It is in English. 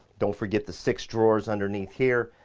don't forget the six drawers underneath here,